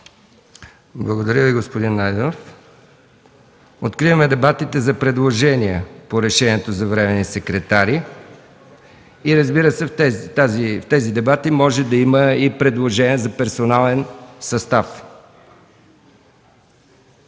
Благодаря Ви, господин Найденов. Откривам дебатите за предложения по проекторешението за временни секретари. Разбира се, в тези дебати може да има и предложения за персонален състав.